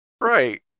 Right